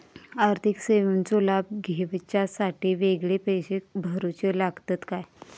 आर्थिक सेवेंचो लाभ घेवच्यासाठी वेगळे पैसे भरुचे लागतत काय?